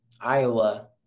Iowa –